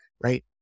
right